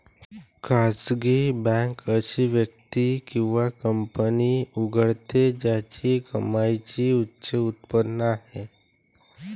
खासगी बँक अशी व्यक्ती किंवा कंपनी उघडते ज्याची कमाईची उच्च उत्पन्न आहे